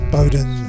Bowden